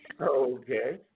Okay